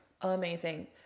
amazing